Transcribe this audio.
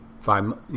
Five